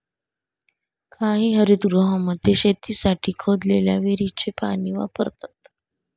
काही हरितगृहांमध्ये शेतीसाठी खोदलेल्या विहिरीचे पाणी वापरतात